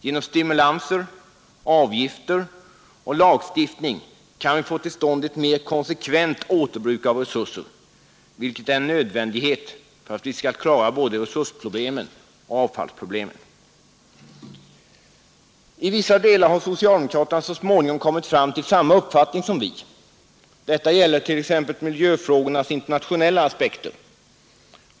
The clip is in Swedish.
Genom stimulanser, avgifter och lagstiftning kan vi få till stånd ett mer konsekvent återbruk av resurser, vilket är en nödvändighet för att vi skall klara både resursproblemen och avfallsproblemen. I vissa delar har socialdemokraterna så småningom kommit fram till samma uppfattning som vi. Detta gäller t.ex. miljöfrågornas internationella aspekter.